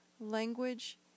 language